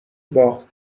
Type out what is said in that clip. باخت